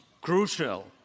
crucial